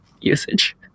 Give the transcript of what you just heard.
usage